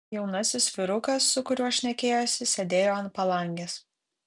jaunasis vyrukas su kuriuo šnekėjosi sėdėjo ant palangės